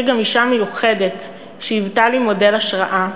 גם אישה מיוחדת שהיוותה לי מודל השראה,